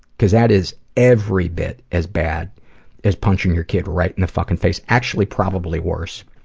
cause that is every bit as bad as punching your kid right in the fucking face, actually probably worse.